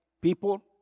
people